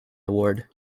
award